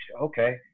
okay